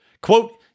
quote